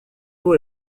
mots